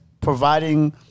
providing